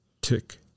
Tick